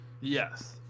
Yes